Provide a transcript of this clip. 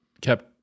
kept